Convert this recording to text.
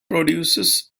produces